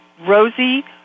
Rosie